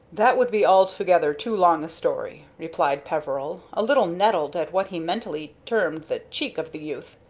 that would be altogether too long a story, replied peveril, a little nettled at what he mentally termed the cheek of the youth.